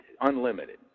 unlimited